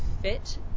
fit